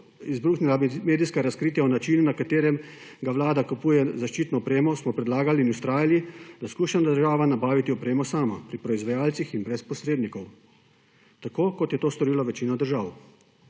izbruhnila medijska razkritja o načinu, po katerem vlada kupuje zaščitno opremo, smo predlagali in vztrajali, da poskuša država nabaviti opremo sama pri proizvajalcih in brez posrednikov, tako kot je to storila večina držav.